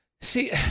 See